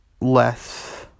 less